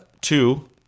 two